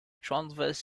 transverse